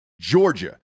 Georgia